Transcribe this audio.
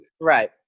Right